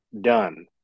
done